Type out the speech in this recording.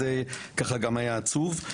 זה גם עצוב.